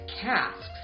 casks